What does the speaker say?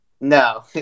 no